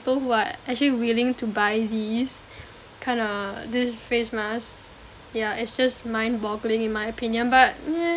who are actually willing to buy these kind ah these face masks yeah it's just mind boggling in my opinion but yeah